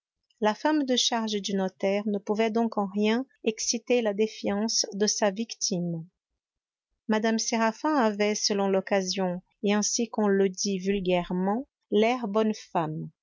la femme de charge du notaire ne pouvait donc en rien exciter la défiance de sa victime mme séraphin avait selon l'occasion et ainsi qu'on le dit vulgairement l'air bonne femme